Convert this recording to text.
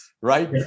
right